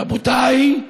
רבותיי,